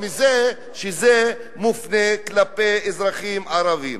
מזה כדי להוכיח שזה מופנה כלפי אזרחים ערבים.